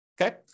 Okay